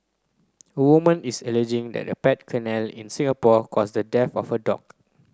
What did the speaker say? a woman is alleging that a pet kennel in Singapore caused the death of her dog